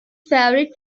favorite